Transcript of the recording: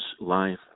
life